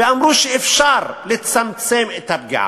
ואמרו שאפשר לצמצם את הפגיעה.